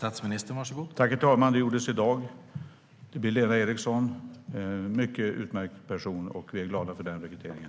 Herr talman! Det gjordes i dag. Det blir Lena Erixon - en mycket utmärkt person. Vi är glada för den rekryteringen.